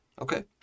okay